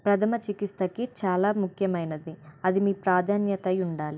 ప్రథమ చికిత్సకి చాలా ముఖ్యమైనది అది మీ ప్రాధాన్యత అయి ఉండాలి